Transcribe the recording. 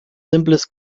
simples